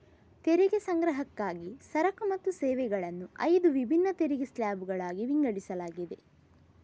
ತೆರಿಗೆ ಸಂಗ್ರಹಕ್ಕಾಗಿ ಸರಕು ಮತ್ತು ಸೇವೆಗಳನ್ನು ಐದು ವಿಭಿನ್ನ ತೆರಿಗೆ ಸ್ಲ್ಯಾಬುಗಳಾಗಿ ವಿಂಗಡಿಸಲಾಗಿದೆ